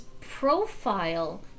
profile